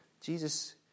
Jesus